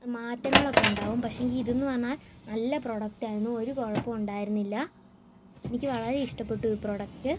മാറ്റങ്ങളൊക്കെ ഉണ്ടാകും പക്ഷെയെങ്കിൽ ഇതെന്നുപറഞ്ഞാൽ നല്ല പ്രൊഡക്റ്റായിരുന്നു ഒരു കുഴപ്പവും ഉണ്ടായിരുന്നില്ല എനിക്ക് വളരെ ഇഷ്ടപ്പെട്ടു ഈ പ്രൊഡക്റ്റ്